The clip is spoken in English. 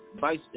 vice